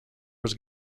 was